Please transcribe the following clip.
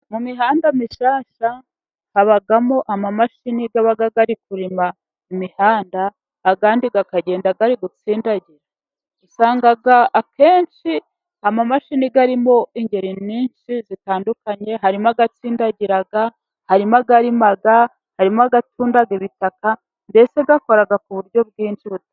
Mu mihanda mishyashya habamo amamashini aba ari kurima imihanda andi akagenda ari gutsindagira, usangaga akenshi amamashini abamo ingeri nyinshi zitandukanye, harimo atsindagira, harimo arima, harimo atunda ibitaka mbese akora ku buryo bwinshi butandukanye.